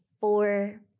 four